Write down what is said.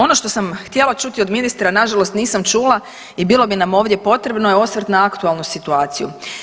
Ono što sam htjela čuti od ministra nažalost nisam čula i bilo bi nam ovdje potrebno je osvrt na aktualnu situaciju.